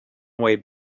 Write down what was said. way